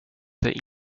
dig